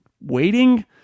waiting